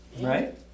right